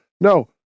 No